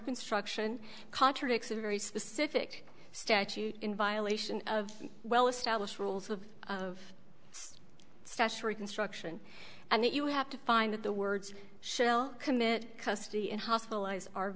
construction contradicts a very specific statute in violation of well established rules of of statutory construction and that you have to find the words shell commit custody and hospitalized are